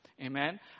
Amen